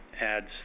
adds